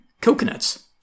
coconuts